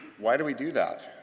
why do we do that?